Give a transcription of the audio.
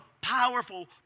powerful